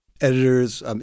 editors